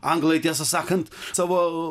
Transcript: anglai tiesą sakant savo